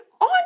on